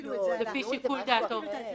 לפי שיקול דעתו.